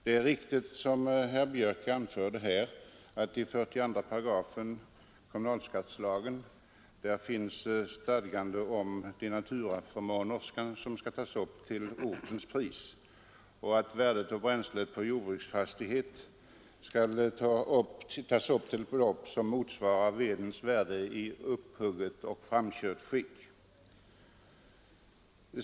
Det är riktigt, som herr Björk i Gävle anförde här, att det i 42 § kommunalskattelagen finns stadgande om de naturaförmåner som skall tas upp till ortens pris och att värdet av bränsle från egen jordbruksfastighet skall tas upp till belopp som motsvarar vedens värde i upphugget och framkört skick.